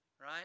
right